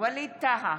ווליד טאהא,